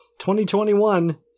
2021 –